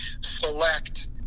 select